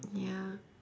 ya